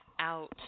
out